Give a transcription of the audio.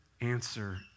answer